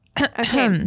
okay